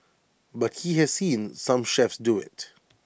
but he has seen some chefs do IT